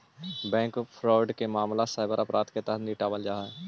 bank fraud के मामला cyber अपराध के तहत निपटावल जा हइ